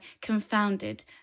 confounded